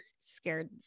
scared